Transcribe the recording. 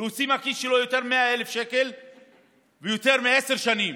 להוציא מהכיס שלו יותר מ-100,000 שקל ויותר מעשר שנים,